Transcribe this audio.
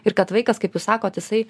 ir kad vaikas kaip jūs sakot jisai